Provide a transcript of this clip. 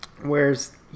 whereas